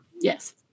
Yes